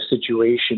situation